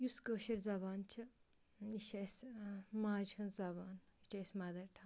یُس کٲشِر زبان چھِ یہِ چھِ اَسہِ ماجہِ ہِنٛز زبان یہِ چھِ اَسہِ مَدَر ٹَنٛگ